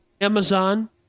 Amazon